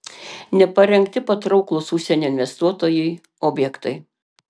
neparengti patrauklūs užsienio investuotojui objektai